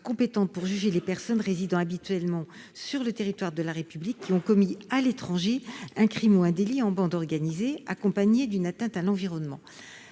compétentes pour juger les personnes résidant habituellement sur le territoire de la République qui auraient commis à l'étranger un crime ou un délit en bande organisée accompagné d'une atteinte à l'environnement.